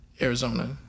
arizona